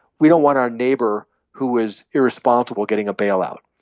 we don't want our neighbor who was irresponsible getting a bailout.